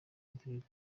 patrick